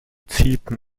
ziepen